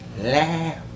laugh